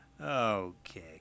Okay